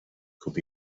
could